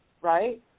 right